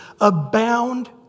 abound